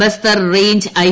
Bastar range I